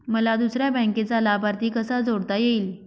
मला दुसऱ्या बँकेचा लाभार्थी कसा जोडता येईल?